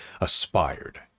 aspired